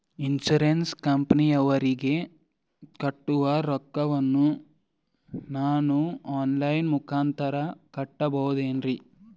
Insurance ಕಂಪನಿಯವರಿಗೆ ಕಟ್ಟುವ ರೊಕ್ಕ ವನ್ನು ನಾನು ಆನ್ ಲೈನ್ ಮೂಲಕ ಕಟ್ಟಬಹುದೇನ್ರಿ?